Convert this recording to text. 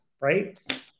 right